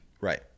Right